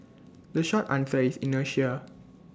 the short answer is inertia